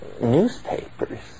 newspapers